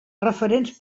referents